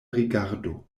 rigardo